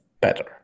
better